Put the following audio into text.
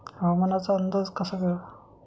हवामानाचा अंदाज कसा घ्यावा?